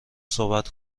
صحبت